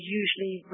usually